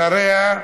אחריה,